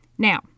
Now